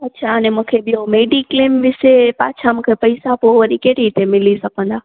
अछा अने मूंखे इहो मेडीक्लेम ॾिसे पाछा मूंखे पैसा पोइ वरी कंहिं रीति मिली सघंदा